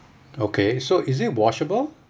okay so is it washable